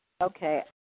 Okay